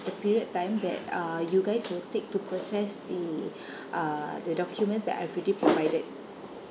the period of time that uh you guys will take to process the uh the documents that I've already provided